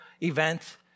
event